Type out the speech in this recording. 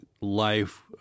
life